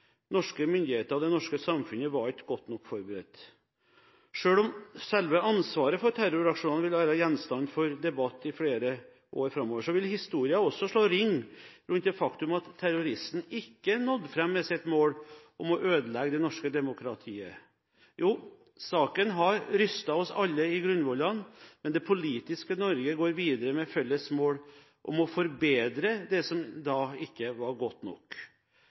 Norske myndigheter og det norske samfunnet var ikke godt nok forberedt. Selv om selve ansvaret for terroraksjonene vil være gjenstand for debatt i flere år framover, vil historien også slå ring rundt det faktum at terroristen ikke nådde fram med sitt mål om å ødelegge det norske demokratiet. Saken har rystet oss alle i grunnvollene, men det politiske Norge går videre med et felles mål om å forbedre det som da ikke var godt nok.